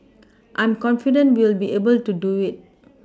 I'm confident we'll be able to do it